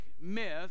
myth